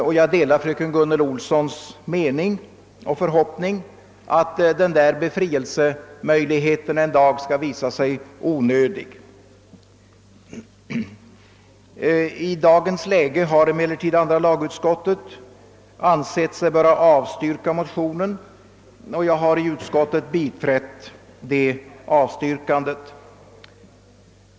Jag delar också fröken Gunnel Olssons mening och förhoppning att denna befrielsemöjlighet en dag skall visa sig onödig. I dagens läge har emellertid andra lagutskottet ansett sig böra avstyrka motionen, och jag har i utskottet biträtt det avstyrkandet.